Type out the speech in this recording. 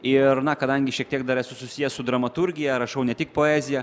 ir na kadangi šiek tiek dar esu susijęs su dramaturgija rašau ne tik poeziją